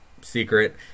secret